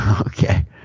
Okay